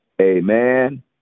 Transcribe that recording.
Amen